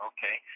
Okay